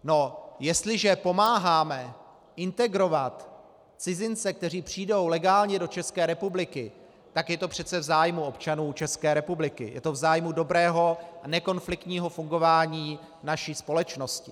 No, jestliže pomáháme integrovat cizince, kteří přijdou legálně do České republiky, tak je to přece v zájmu občanů České republiky, je to v zájmu dobrého a nekonfliktního fungování naší společnosti.